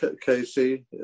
Casey